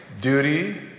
duty